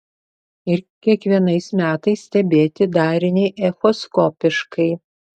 ir kiekvienais metais stebėti darinį echoskopiškai